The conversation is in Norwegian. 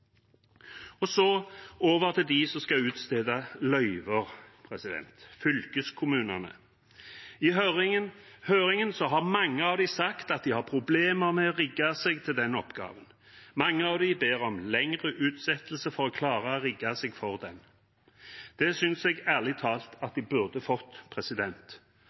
Så over til dem som skal utstede løyver, fylkeskommunene: I høringen har mange av dem sagt at de har problemer med å rigge seg til den oppgaven, og mange av dem ber om lengre utsettelse for å klare å rigge seg for det. Det synes jeg ærlig talt at de burde fått.